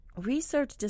research